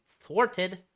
thwarted